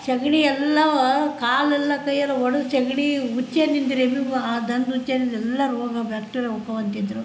ಸಗ್ಣಿ ಎಲ್ಲ ಕಾಲೆಲ್ಲ ಕೈಯೆಲ್ಲ ಒಡದು ಸಗ್ಣೀಗ್ ಉಚ್ಚೆ ನಿಂದಿರೆ ಎಲ್ರಿಗು ಆ ದನ್ದ ಉಚ್ಛೆನಿಂದ ಎಲ್ಲ ರೋಗ ಬ್ಯಾಕ್ಟೀರಿಯ ಹೋಕ್ಕಾವ ಅಂತಿದ್ದರು